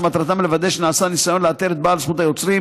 שמטרתם לוודא שנעשה ניסיון לאתר את בעל זכות היוצרים